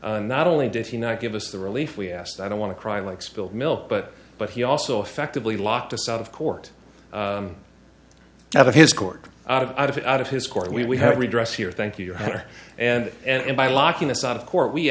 here not only did he not give us the relief we asked i don't want to cry like spilled milk but but he also effectively locked us out of court out of his court out of out of his court we have redress here thank you your hair and and by locking us out of court we